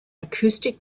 acoustic